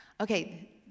Okay